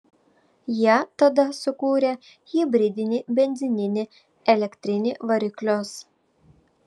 jie tada sukūrė hibridinį benzininį elektrinį variklius